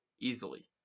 easily